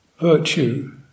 Virtue